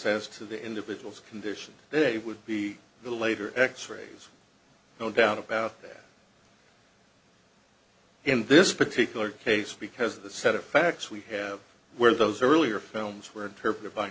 says to the individuals condition they would be the later x rays no doubt about that in this particular case because the set of facts we have where those earlier films were interpreted by